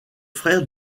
frère